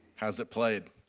how is it played?